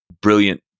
brilliant